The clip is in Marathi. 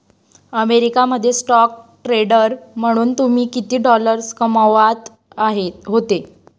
अमेरिका मध्ये स्टॉक ट्रेडर म्हणून तुम्ही किती डॉलर्स कमावत होते